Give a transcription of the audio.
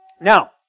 Now